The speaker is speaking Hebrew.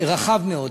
רחב מאוד.